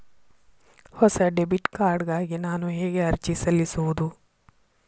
ಹೊಸ debit card ಗಾಗಿ ನಾನು ಹೇಗೆ ಅರ್ಜಿ ಸಲ್ಲಿಸುವುದು?